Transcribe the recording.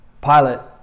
pilot